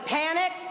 panic